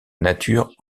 nature